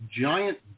giant